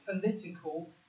political